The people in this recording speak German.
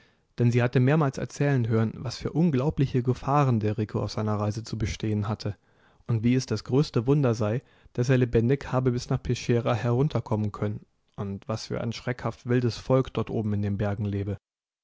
denn sie hatte mehrmals erzählen hören was für unglaubliche gefahren der rico auf seiner reise zu bestehen hatte und wie es das größte wunder sei daß er lebendig habe bis nach peschiera herunterkommen können und was für ein schreckhaft wildes volk dort oben in den bergen lebe